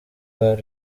bar